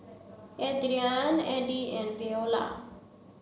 Adrianne Edie and Veola